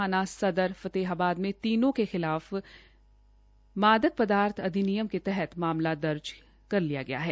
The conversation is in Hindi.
थाना सदन फतेहाबाद में तीनों के खिलाफ मादक पदार्थ अधिनियम के तहत मामला दर्ज किया गया है